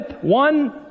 one